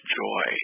joy